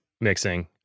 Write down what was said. mixing